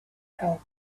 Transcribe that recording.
help